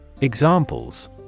Examples